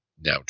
now